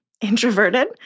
introverted